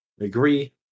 agree